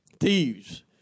thieves